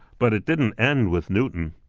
but it didn't end with newton.